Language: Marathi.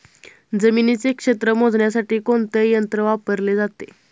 जमिनीचे क्षेत्र मोजण्यासाठी कोणते यंत्र वापरले जाते?